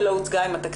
היא לא הוצגה עם התקציב,